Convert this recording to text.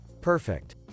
Perfect